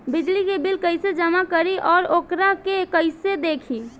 बिजली के बिल कइसे जमा करी और वोकरा के कइसे देखी?